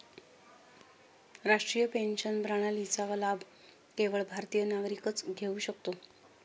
राष्ट्रीय पेन्शन प्रणालीचा लाभ केवळ भारतीय नागरिकच घेऊ शकतो